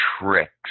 tricks